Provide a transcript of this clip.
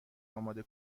آماده